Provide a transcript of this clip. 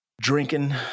drinking